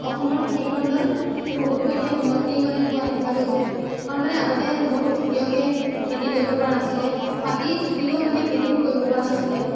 অসমৰ কৃষিখণ্ডত বহুতো এতিয়া উন্নতি মানে হোৱা দেখা গৈছে কাৰণ মানে আগতে বহুত খেতিয়কে খেতি কৰিব পৰা নাছিলে মাটি থাকিলেও মানে খেতিটো কৰিব পৰা নাছিলে